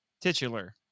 titular